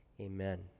amen